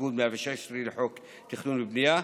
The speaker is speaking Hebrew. תיקון 116 לחוק התכנון והבנייה,